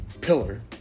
pillar